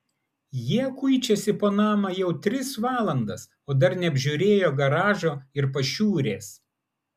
jie kuičiasi po namą jau tris valandas o dar neapžiūrėjo garažo ir pašiūrės